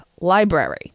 library